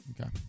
Okay